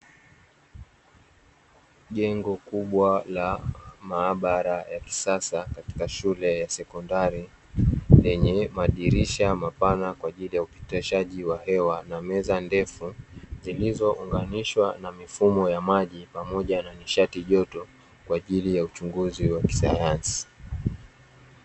Jengo kubwa la maabara ya kisasa katika shule ya sekondari lenye madirisha mapana kwa ajili ya upitishaji wa hewa, na meza ndefu zilizounganishwa na mifumo ya maji pamoja na nishati joto kwa ajili ya uchunguzi wa kisayansi.